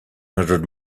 hundred